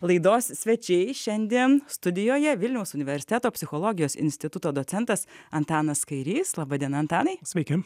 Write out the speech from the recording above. laidos svečiai šiandien studijoje vilniaus universiteto psichologijos instituto docentas antanas kairys laba diena antanai sveiki